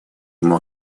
ему